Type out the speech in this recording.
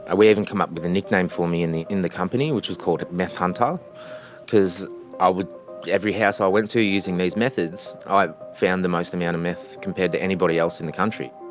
we even come up with a nickname for me in the in the company which was called meth hunter because i would every house i went to using these methods i found the most amount of meth compared to anybody else in the country.